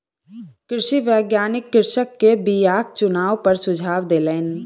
कृषि वैज्ञानिक कृषक के बीयाक चुनाव पर सुझाव देलैन